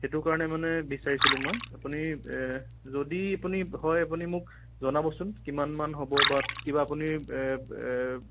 সেইটো কাৰণে মানে বিচাৰিছিলোঁ মই আপুনি যদি আপুনি হয় আপুনি মোক জনাবচোন কিমান মান হ'ব বা কিবা আপুনি